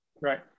Right